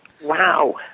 Wow